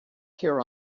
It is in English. here